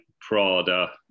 Prada